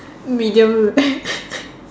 medium rare